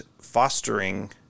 fostering